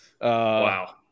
Wow